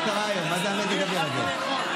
מה מזג האוויר הזה?